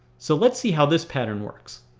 so let's see how this pattern works.